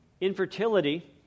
infertility